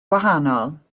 gwahanol